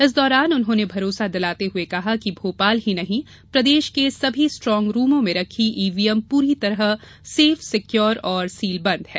इस दौरान उन्होंने भरोसा दिलाते हुए कहा कि भोपाल ही नहीं प्रदेश में सभी स्ट्रांग रूमों में रखी ईवीएम पूरी तरह सैफ सिक्योर और सील बन्द हैं